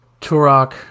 Turok